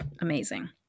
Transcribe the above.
Amazing